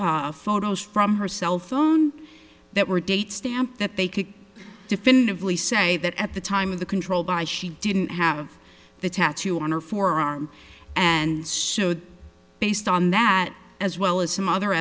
photos from her cell phone that were date stamped that they could definitively say that at the time of the control by she didn't have the tattoo on her forearm and so based on that as well as some other